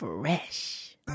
fresh